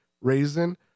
raisin